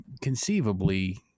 Conceivably